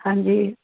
ਹਾਂਜੀ